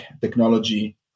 technology